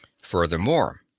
Furthermore